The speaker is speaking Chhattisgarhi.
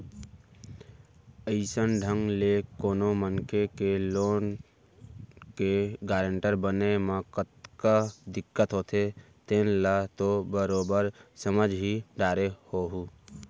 अइसन ढंग ले कोनो मनखे के लोन के गारेंटर बने म कतका दिक्कत होथे तेन ल तो बरोबर समझ ही डारे होहूँ